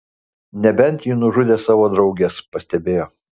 nebent ji nužudė savo drauges pastebėjo